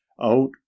out